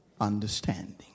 understanding